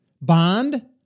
bond